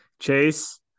Chase